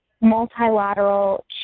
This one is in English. multilateral